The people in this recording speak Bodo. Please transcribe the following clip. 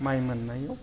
माइ मोननायाव